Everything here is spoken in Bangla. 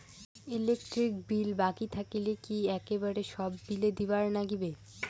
ইলেকট্রিক বিল বাকি থাকিলে কি একেবারে সব বিলে দিবার নাগিবে?